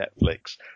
Netflix